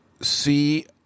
see